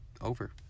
Over